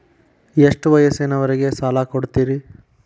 ಎಷ್ಟ ವಯಸ್ಸಿನವರಿಗೆ ಸಾಲ ಕೊಡ್ತಿರಿ?